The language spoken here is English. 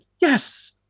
yes